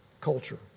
culture